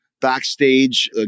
backstage